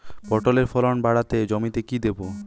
পটলের ফলন কাড়াতে জমিতে কি দেবো?